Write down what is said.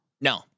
No